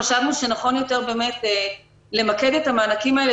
חשבנו שנכון יותר למקד את המענקים האלה